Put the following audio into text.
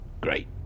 Great